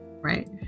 right